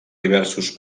diversos